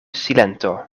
silento